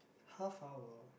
half hour